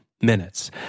minutes